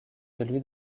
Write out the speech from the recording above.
celui